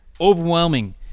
overwhelming